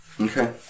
Okay